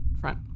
front